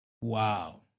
Wow